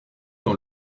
dans